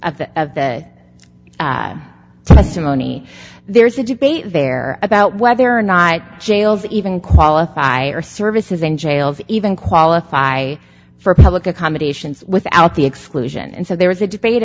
of the testimony there's a debate there about whether or not i jails even qualify for services in jails even qualify for public accommodations without the exclusion and so there is a debate